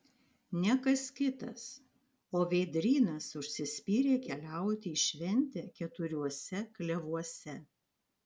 ne kas kitas o vėdrynas užsispyrė keliauti į šventę keturiuose klevuose